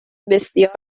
بسیار